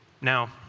Now